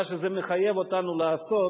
מה שזה מחייב אותנו לעשות